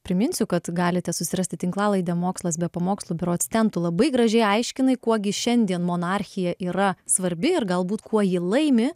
priminsiu kad galite susirasti tinklalaidę mokslas be pamokslų berods ten tu labai gražiai aiškinai kuo gi šiandien monarchija yra svarbi ir galbūt kuo ji laimi